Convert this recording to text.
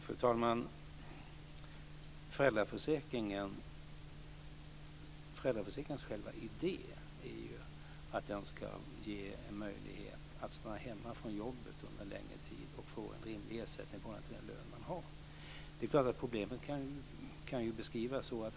Fru talman! Föräldraförsäkringens själva idé är ju att den ska ge en möjlighet att stanna hemma från jobbet under en längre tid och få en rimlig ersättning i förhållande till den lön man har.